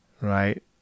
Right